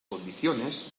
condiciones